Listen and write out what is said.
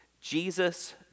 Jesus